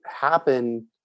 happen